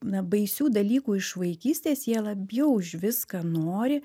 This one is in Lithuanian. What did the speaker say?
na baisių dalykų iš vaikystės jie labiau už viską nori